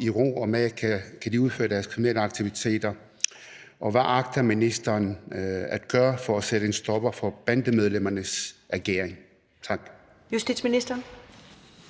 i ro og mag kan udføre deres kriminelle aktiviteter, og hvad agter ministeren at gøre for at sætte en stopper for bandemedlemmernes ageren? Tak. Kl.